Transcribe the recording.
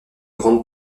grande